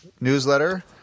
newsletter